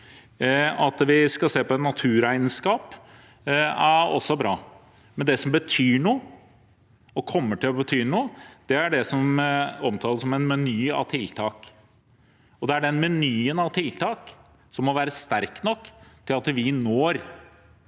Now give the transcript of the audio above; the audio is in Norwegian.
at vi skal se på et naturregnskap, er bra, men det som betyr noe, og som kommer til å bety noe, er det som omtales som en meny av tiltak. Det er den menyen av tiltak som må være sterk nok til at vi når